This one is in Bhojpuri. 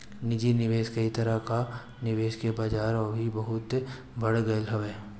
निजी निवेश कई तरह कअ निवेश के बाजार अबही बहुते बढ़ गईल हवे